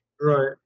right